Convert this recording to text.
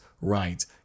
right